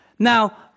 Now